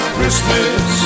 Christmas